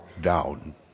down